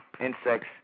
insects